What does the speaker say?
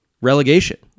relegation